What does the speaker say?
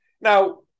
Now